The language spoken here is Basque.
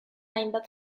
hainbat